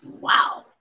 Wow